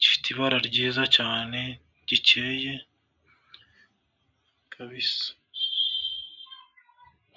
gifite ibara ryiza cyane rikeye kabisa.